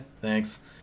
thanks